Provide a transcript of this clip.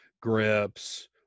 grips